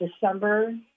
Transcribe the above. December